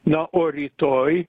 na o rytoj